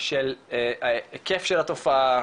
של ההיקף של התופעה,